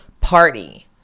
party